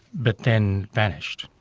but then vanished.